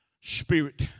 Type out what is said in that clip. Spirit